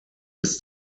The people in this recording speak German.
bis